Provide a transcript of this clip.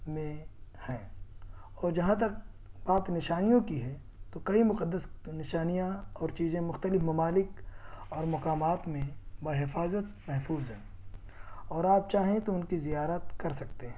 میں ہیں اور جہاں تک بات نشانیوں کی ہے تو کئی مقدس نشانیاں اور چیزیں مختلف ممالک اور مقامات میں بحفاظت محفوظ ہیں اور آپ چاہیں تو ان کی زیارت کر سکتے ہیں